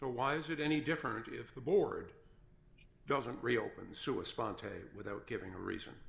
so why is it any different if the board doesn't reopen so a spontaneous without giving a reason